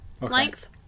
length